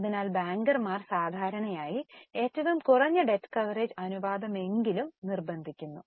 അതിനാൽ ബാങ്കർമാർ സാധാരണയായി ഏറ്റവും കുറഞ്ഞ ഡെറ്റ് കവറേജ് അനുപാതമെങ്കിലും നിർബന്ധിക്കുന്നു